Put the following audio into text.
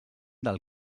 del